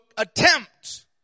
attempt